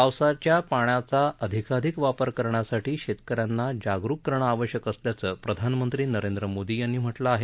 पावसाच्या पाण्याचा अधिकाधिक वापर करण्यासाठी शेतक यांना जागरूक करणं आवश्यक असल्याचं प्रधानमंत्री नरेंद्र मोदी यांनी म्हटलं आहे